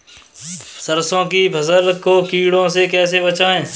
सरसों की फसल को कीड़ों से कैसे बचाएँ?